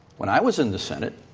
when i was in the senate,